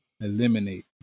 eliminate